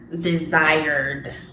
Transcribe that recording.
desired